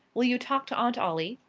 will you talk to aunt ollie?